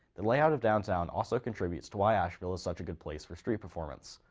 the layout of downtown also contributes to why asheville is such a good place for street performance.